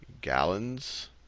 gallons